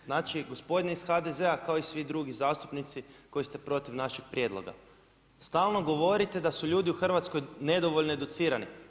Znači, gospodine iz HDZ-a kao i svi drugi zastupnici koji ste protiv našeg prijedloga, stalno govorite da su ljudi u Hrvatskoj nedovoljno educirani.